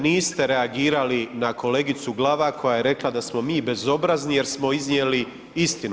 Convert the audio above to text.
Niste reagirali na kolegicu Glavak koja je rekla da smo mi bezobrazni jer smo iznijeli istinu.